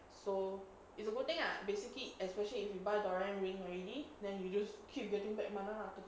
so it's a good thing lah basically especially if you buy dorian ring already then you just keep getting back mana lah to